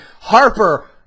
Harper